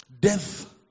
death